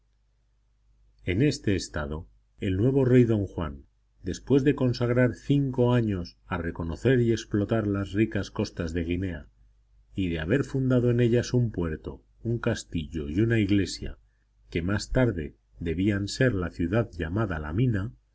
en este estado el nuevo rey don juan después de consagrar cinco años a reconocer y explotar las ricas costas de guinea y de haber fundado en ellas un puerto un castillo y una iglesia que más tarde debían ser la ciudad llamada la mina